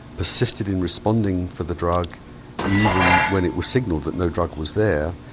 persisted in responding for the drug even when it was signalled that no drug was there.